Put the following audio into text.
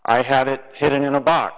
i had it hidden in a box